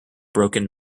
broken